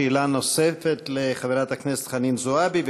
שאלה נוספת לחברת הכנסת חנין זועבי,